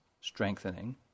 strengthening